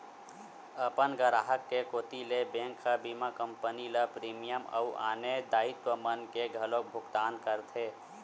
अपन गराहक के कोती ले बेंक ह बीमा कंपनी ल प्रीमियम अउ आने दायित्व मन के घलोक भुकतान करथे